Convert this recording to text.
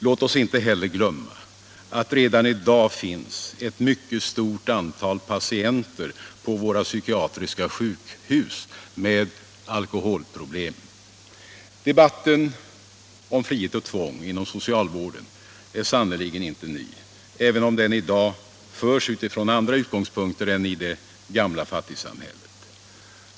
Låt oss inte heller glömma att det redan i dag finns ett mycket stort antal patienter med alkoholproblem på våra psykiatriska sjukhus. Debatten om frihet och tvång inom socialvården är sannerligen inte ny, även om den i dag förs utifrån andra utgångspunkter än i det gamla fattigsamhället.